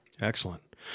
Excellent